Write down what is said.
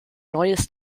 neues